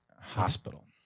hospital